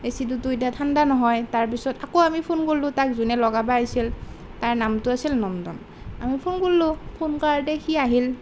এচিটোতো এতিয়া ঠাণ্ডা নহয় তাৰপিছত আকৌ আমি ফোন কৰিলোঁ তাক যোনে লগাব আহিছিল তাৰ নামটো আছিল নন্দন আমি ফোন কৰিলোঁ ফোন কৰা দেখি সি আহিল